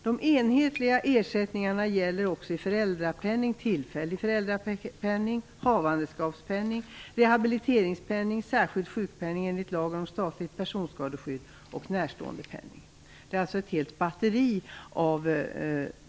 De enhetliga ersättningarna gäller också föräldrapenning, tillfällig föräldrapenning, havandeskapspenning, rehabiliteringspenning, särskild sjukpenning enligt lagen om statligt personskadeskydd och närståendepenning. Det är alltså ett helt batteri.